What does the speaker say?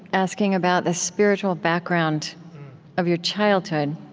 asking about the spiritual background of your childhood.